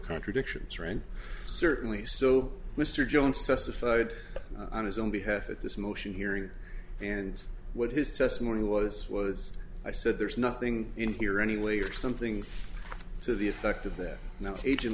contradictions ran certainly so mr jones testified on his own behalf at this motion hearing and what his testimony was was i said there's nothing in here anyway or something to the effect of that now ag